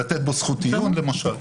לתת בו זכות עיון למשל.